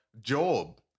Job